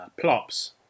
plops